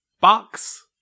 box